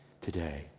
today